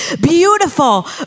beautiful